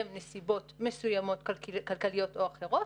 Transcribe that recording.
נסיבות מסוימות כלכליות או אחרות,